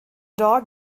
dog